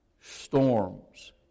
storms